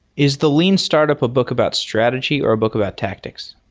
is the lean startup a book about strategy, or a book about tactics?